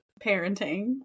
parenting